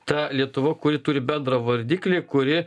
ta lietuva kuri turi bendrą vardiklį kuri